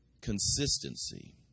Consistency